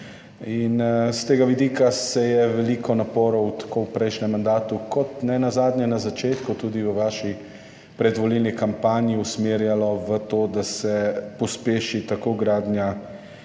S tega vidika se je veliko naporov tako v prejšnjem mandatu kot nenazadnje na začetku tudi v vaši predvolilni kampanji usmerjalo v to, da se pospeši tako gradnja